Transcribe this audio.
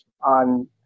on